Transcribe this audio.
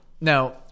Now